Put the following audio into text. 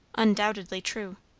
undoubtedly true.